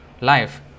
life